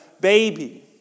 baby